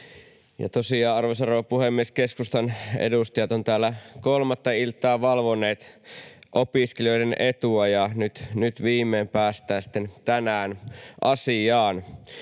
arvoisa rouva puhemies, keskustan edustajat ovat täällä kolmatta iltaa valvoneet opiskelijoiden etua, ja nyt viimein päästään tänään asiaan.